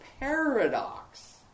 paradox